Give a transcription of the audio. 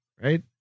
right